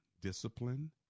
discipline